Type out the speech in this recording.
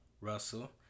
Russell